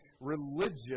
religious